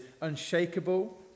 unshakable